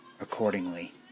accordingly